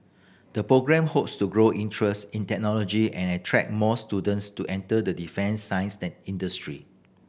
the programme hopes to grow interest in technology and attract more students to enter the defence science industry